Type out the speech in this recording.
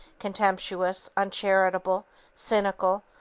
contemptuous, uncharitable, cynical,